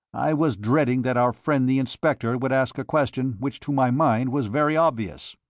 i was dreading that our friend the inspector would ask a question which to my mind was very obvious.